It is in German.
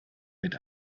mit